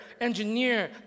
engineer